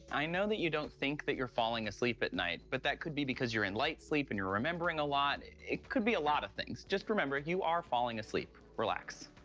i know that you don't think that you're falling asleep at night, but that could be because you're in light sleep, and you're remembering a lot. it could be a lot of things. just remember, you are falling asleep. relax.